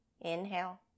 Inhale